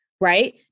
right